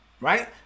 right